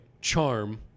charm